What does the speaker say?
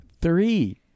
Three